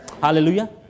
Hallelujah